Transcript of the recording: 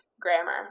grammar